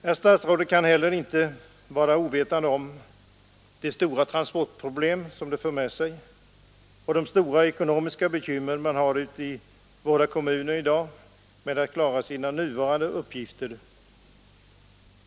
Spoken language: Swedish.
Herr statsrådet kan inte vara ovetande om de stora transportproblem som uppstår och de stora ekonomiska bekymmer man har ute i våra kommuner i dag när det gäller att klara sina nuvarande uppgifter.